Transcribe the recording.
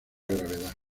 gravedad